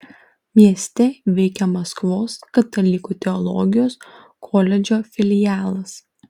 mieste veikia maskvos katalikų teologijos koledžo filialas